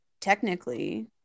technically